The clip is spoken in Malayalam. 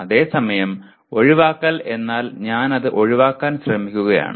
അതേസമയം ഒഴിവാക്കൽ എന്നാൽ ഞാൻ അത് ഒഴിവാക്കാൻ ശ്രമിക്കുകയാണ്